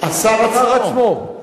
השר עצמו.